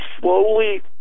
slowly